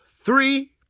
three